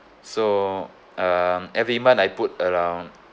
so um every month I put around